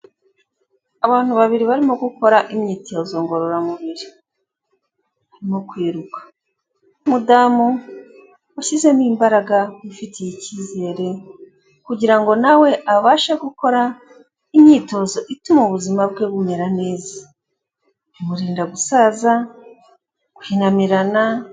Abantu babiri barimo gukora imyitozo ngororamubiri, barimo kwiruka, umudamu washyizemo imbaraga wifitiye icyizere, kugira ngo nawe abashe gukora imyitozo, ituma ubuzima bwe bumera neza. Bimurinda gusaza, guhinamirana...